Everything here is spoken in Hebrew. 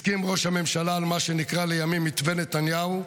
הסכים ראש הממשלה על מה שנקרא לימים מתווה נתניהו,